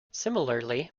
similarly